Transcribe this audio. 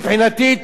מבחינתי,